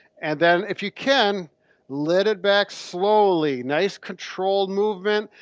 and then if you can let it back slowly, nice controlled movement.